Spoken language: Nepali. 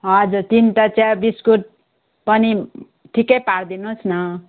हजुर तिनवटा चिया बिस्कुट पनि ठिकै पारिदिनुहोस् न